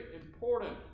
important